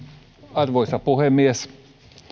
arvoisa puhemies